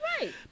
Right